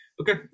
okay